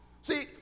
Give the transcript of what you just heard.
See